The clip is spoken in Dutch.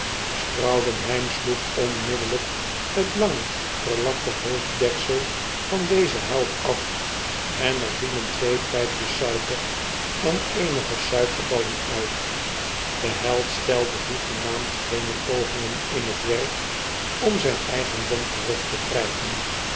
sloeg onmiddellijk t lange verlakte hoofddeksel van dezen held af en er vielen twee pijpjes suiker en eenige suikerballen uit de held stelde hoegenaamd geene pogingen in t werk om zijn eigendom terug te krijgen